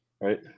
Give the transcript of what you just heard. right